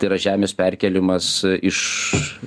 tai yra žemės perkėlimas iš